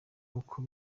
uko